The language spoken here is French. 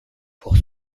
pour